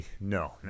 no